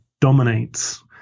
dominates